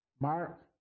mark